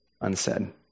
unsaid